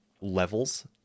levels